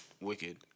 Wicked